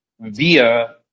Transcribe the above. via